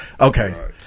Okay